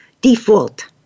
default